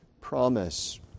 promise